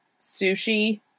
sushi